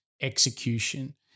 execution